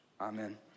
Amen